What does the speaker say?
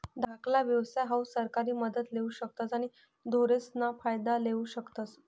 धाकला व्यवसाय हाऊ सरकारी मदत लेवू शकतस आणि धोरणेसना फायदा लेवू शकतस